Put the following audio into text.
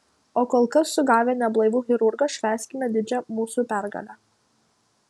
o kol kas sugavę neblaivų chirurgą švęskime didžią mūsų pergalę